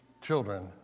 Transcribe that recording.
children